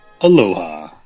Aloha